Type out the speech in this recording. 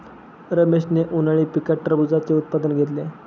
रमेशने उन्हाळी पिकात टरबूजाचे उत्पादन घेतले